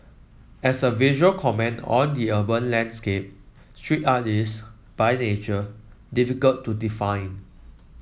as a visual comment on the urban landscape street art is by nature difficult to define